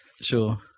Sure